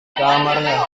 kamarnya